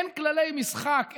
אין כללי משחק,